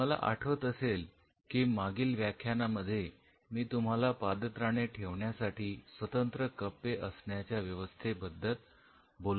तुम्हाला आठवत असेल की मागील व्याख्यानामध्ये मी तुम्हाला पादत्राणे ठेवण्यासाठी स्वतंत्र कप्पे असण्याच्या व्यवस्थेबाबत बोललो होतो